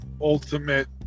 ultimate